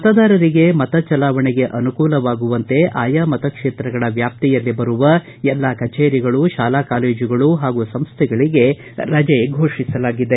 ಮತದಾರರಿಗೆ ಮತಚಲಾವಣೆಗೆ ಅನುಕೂಲವಾಗುವಂತೆ ಆಯಾ ಮತಕ್ಷೇತ್ರಗಳ ವ್ಯಾಪ್ತಿಯಲ್ಲಿ ಬರುವ ಎಲ್ಲ ಕಚೇರಿಗಳು ಶಾಲಾ ಕಾಲೇಜುಗಳು ಹಾಗೂ ಸಂಸ್ಥೆಗಳಿಗೆ ರಜೆ ಘೋಷಿಸಲಾಗಿದೆ